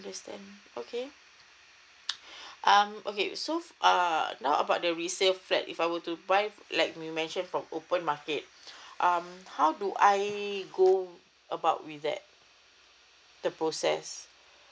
okay um okay so err now about the resale flat if I were to buy like you mentioned from open market um how do I go about with that the process